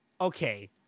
okay